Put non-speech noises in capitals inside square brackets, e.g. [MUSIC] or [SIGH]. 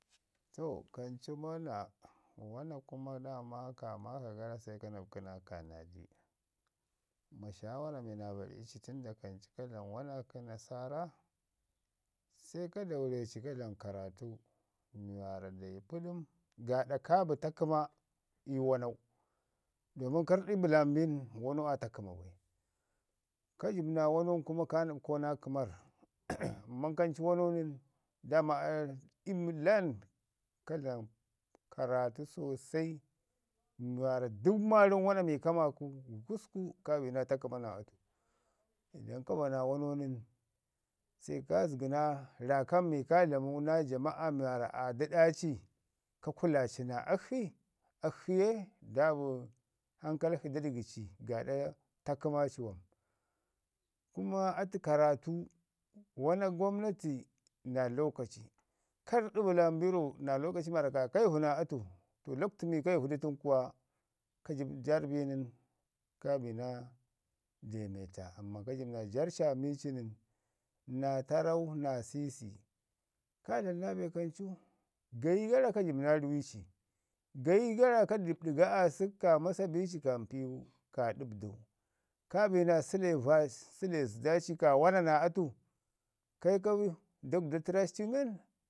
To kancu wana, wana kumo kaa maaka nən se ka nəɗku naa ka anaadi, kuma shaawirra mi waaru naa bari ci tən da kancu ka dlami wana kə nasarra, se ka daureci ka dlam karratu mi waarra da yi pəɗəm gaaɗa ka bi ta kəma ii wanau. Game ka rrəɗu bəlan bin wanau aa ta kəma bai. ka jəbu nan wanann kuma kaa nəɗkau naa kəmau [NOISE] amman kancu wanau nən daa ma ayen [UNINTELLIGIBLE] ko dlam karratu sosai mi waarra dəko wana mi ka maaku. gususku kaa bi naa ta kəma naa atu. ldan ka bana wanau nən se ka zəgi nan raakan mi maarra kua dlamau naa jama'u nu maarro aa dəɗa ci, ka kulaaci naa akshi, akshi ye daa bi ankal shi da dəgi ci gaaɗa ta kəmaci wam. Kuma atu karratu, wana gwamnati naa lokaci, ka rrəɗu bəlan bi rra naa lakaci mi waarra ku yu ka ivu naa atu, lakuntu nu waarro ka ivu kən kuwo kajəbu jaaani bi nən kaa bi naa daameta amman ka jəb naa jaarra ci aa ami ci nən, naa tarrau naa sisi koa dlama naa be kancu. Gayi gara ka jəbi nan rumi ci, gayi gara ka jobi ɗəga aasək ka masa bi ci kaa mpiwu, kaa ɗəɓdau, kaa bi na səle vaɗi səle zədda ci kaa wana naa atu, kai ka dawo tərra ci tən men,